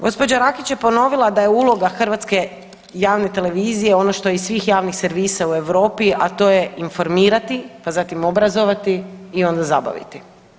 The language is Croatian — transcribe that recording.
Gospođa Rakić je ponovila da je uloga hrvatske javne televizije ono što i svih javnih servisa u Europi, a to je informirati pa zatim obrazovati i onda zabaviti.